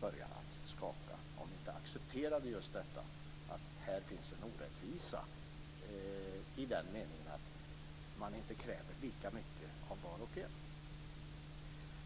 börja skaka om vi inte accepterade just det faktum att här finns en orättvisa i den meningen att det inte krävs lika mycket av var och en.